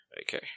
Okay